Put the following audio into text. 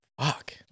Fuck